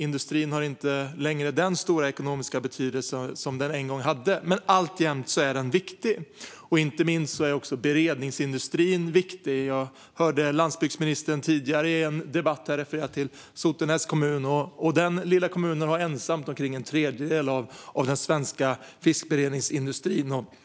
Industrin har inte längre den stora ekonomiska betydelse som den en gång hade, men den är alltjämt viktig. Inte minst är beredningsindustrin viktig. Jag hörde landsbygdsministern i en tidigare debatt referera till Sotenäs kommun. Denna lilla kommun har ensam omkring en tredjedel av den svenska fiskberedningsindustrin.